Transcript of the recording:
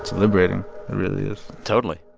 liberating. it really is totally